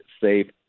safe